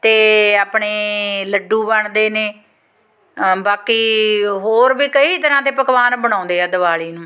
ਅਤੇ ਆਪਣੇ ਲੱਡੂ ਬਣਦੇ ਨੇ ਅ ਬਾਕੀ ਹੋਰ ਵੀ ਕਈ ਤਰ੍ਹਾਂ ਦੇ ਪਕਵਾਨ ਬਣਾਉਂਦੇ ਆ ਦਿਵਾਲੀ ਨੂੰ